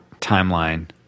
timeline